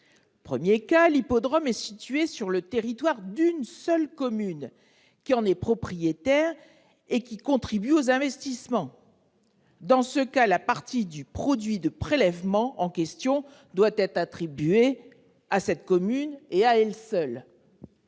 Premier cas de figure, l'hippodrome est situé sur le territoire d'une seule commune, qui en est propriétaire et qui contribue aux investissements. Dans ce cas, la part du produit des prélèvements en question doit être attribuée à cette commune et à elle seule.